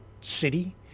city